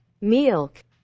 Milk